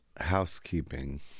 housekeeping